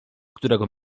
którego